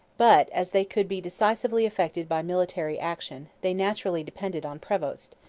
but, as they could be decisively affected by military action, they naturally depended on prevost,